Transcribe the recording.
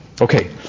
Okay